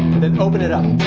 and then open it up.